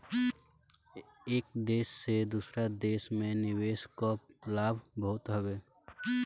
एक देस से दूसरा देस में निवेश कअ लाभ बहुते हवे